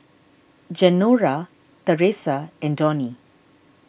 Genaro theresa and Donie